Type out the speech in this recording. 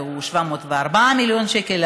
היא 704 מיליון שקלים,